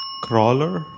Crawler